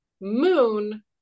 moon